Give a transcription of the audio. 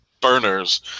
burners